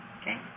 Okay